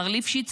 מר ליפשיץ